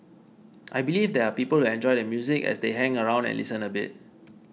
I believe there are people enjoy the music as they hang around and listen a bit